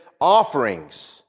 Offerings